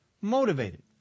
motivated